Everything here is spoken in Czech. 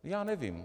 Já nevím.